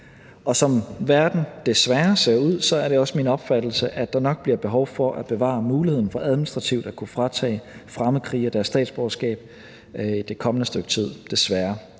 af. Som verden desværre ser ud, er det også min opfattelse, at der nok bliver behov for at bevare muligheden for administrativt at kunne fratage fremmedkrigere deres statsborgerskab det kommende stykke tid – desværre.